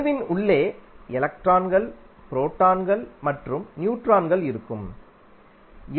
அணுவின் உள்ளே எலக்ட்ரான்கள் புரோட்டான்கள் மற்றும் நியூட்ரான்கள் electrons protons and neutrons இருக்கும்